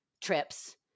trips